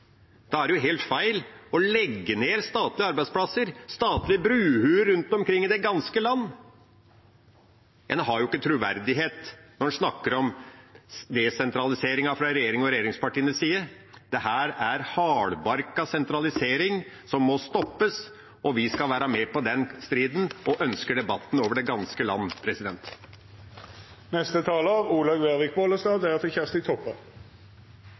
Da er det helt feil å legge ned statlige arbeidsplasser, statlige brohoder rundt omkring i det ganske land. En har ikke troverdighet når en fra regjeringspartiene og regjeringas side snakker om desentralisering. Dette er hardbarket sentralisering som må stoppes. Vi skal være med på den striden og ønsker debatt over det ganske land.